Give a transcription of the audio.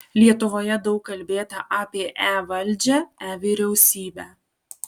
lietuvoje daug kalbėta apie e valdžią e vyriausybę